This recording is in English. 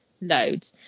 Loads